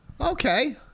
Okay